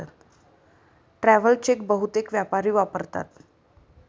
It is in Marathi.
ट्रॅव्हल चेक बहुतेक व्यापारी वापरतात